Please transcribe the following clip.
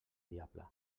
diable